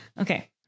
Okay